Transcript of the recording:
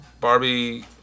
Barbie